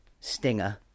stinger